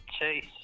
Chase